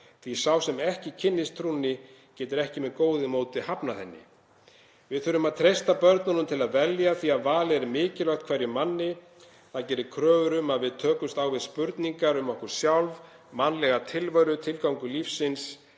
Því sá sem ekki kynnist trúnni getur ekki með góðu móti hafnað henni. Við þurfum að treysta börnunum til að velja því valið er mikilvægt hverjum manni. Það gerir kröfu um að við tökumst á við spurningar um okkur sjálf, mannlega tilveru, tilgang lífsins,